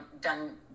done